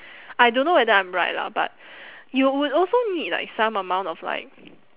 I don't know whether I'm right lah but you would also need like some amount of like